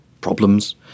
problems